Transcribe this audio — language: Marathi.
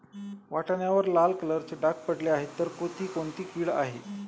वाटाण्यावर लाल कलरचे डाग पडले आहे तर ती कोणती कीड आहे?